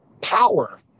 power